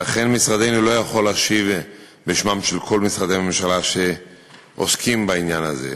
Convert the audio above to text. ולכן משרדנו לא יכול להשיב בשמם של כל משרדי הממשלה שעוסקים בעניין הזה,